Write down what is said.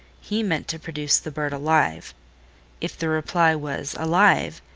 he meant to produce the bird alive if the reply was alive,